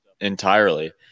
entirely